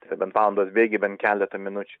tai yra bent valandos bėgyj bent keletą minučių